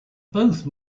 both